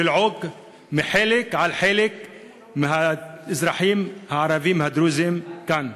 ללעוג לחלק מהאזרחים הערבים הדרוזים כאן.